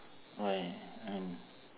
why uh I mean